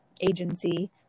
agency